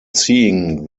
seeing